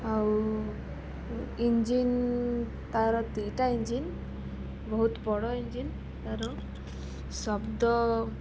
ଆଉ ଇଞ୍ଜିନ୍ ତା'ର ଦୁଇଟା ଇଞ୍ଜିନ୍ ବହୁତ ବଡ଼ ଇଞ୍ଜନ୍ ତା'ର ଶବ୍ଦ